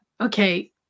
okay